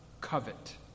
covet